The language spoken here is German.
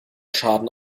schaden